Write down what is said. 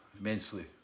immensely